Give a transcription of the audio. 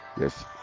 Yes